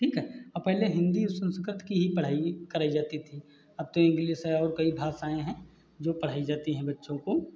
ठीक है और पहले हिन्दी संस्कत की ही पढ़ाई कराई जाती थी अब तो इंग्लिश और कई भाषाएं हैं जो पढ़ाई जाती हैं बच्चों को